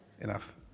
Enough